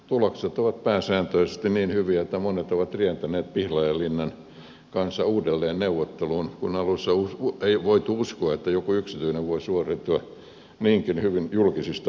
tulokset ovat pääsääntöisesti niin hyviä että monet ovat rientäneet pihlajalinnan kanssa uudelleen neuvotteluun kun alussa ei voitu uskoa että joku yksityinen voi suoriutua niinkin hyvin julkisista palveluista